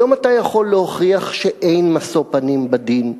היום אתה יכול להוכיח שאין משוא-פנים בדין,